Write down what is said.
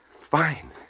Fine